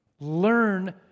learn